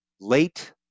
late